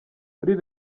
muri